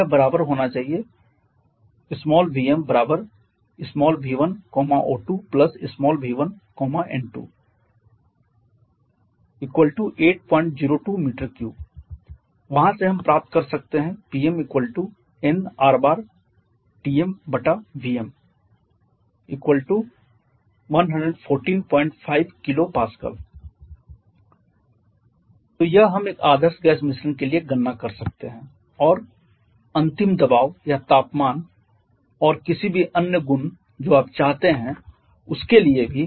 यह बराबर होना चाहिए vmv1O2v1N2 802 m3 वहां से हम प्राप्त कर सकते हैं Pm 1145 kPa तो यह हम एक आदर्श गैस मिश्रण के लिए गणना कर सकते हैं और अंतिम दबाव या तापमान और किसी भी अन्य गुण जो आप चाहते हैं उसके लिए भी